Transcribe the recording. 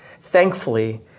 Thankfully